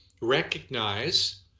recognize